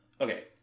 okay